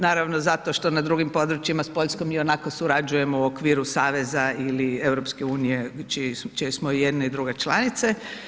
Naravno, zato što na drugim područjima s Poljskom ionako surađujemo u okviru saveza ili EU, čiji smo i jedni i druga članice.